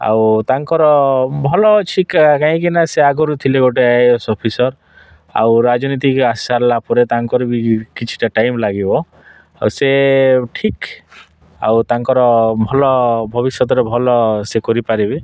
ଆଉ ତାଙ୍କର ଭଲ ଅଛି କାହିଁକିନା ସେ ଆଗୁରୁ ଥିଲେ ଗୋଟେ ଆଇ ଏ ଏସ୍ ଅଫିସର୍ ଆଉ ରାଜନୀତିକି ଆସି ସାରିଲା ପରେ ତାଙ୍କର ବି କିଛିଟା ଟାଇମ୍ ଲାଗିବ ଆଉ ସେ ଠିକ୍ ଆଉ ତାଙ୍କର ଭଲ ଭବିଷ୍ୟତରେ ଭଲ ସେ କରିପାରିବେ